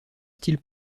style